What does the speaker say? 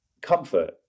comfort